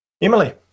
emily